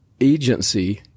Agency